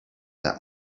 that